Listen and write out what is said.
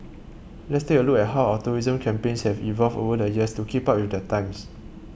let's take a look at how our tourism campaigns have evolved over the years to keep up with the times